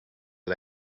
are